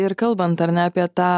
ir kalbant ar ne apie tą